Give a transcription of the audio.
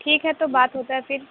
ٹھیک ہے تو بات ہوتا ہے پھر